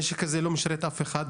הנשק הזה לא משרת אף אחד.